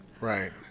Right